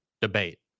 debate